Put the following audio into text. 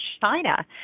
China